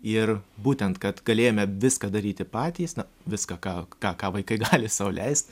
ir būtent kad galėjome viską daryti patys viską ką ką ką vaikai gali sau leist